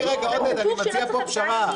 כתוב שלא צריך ארבעה ימים,